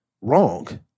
wrong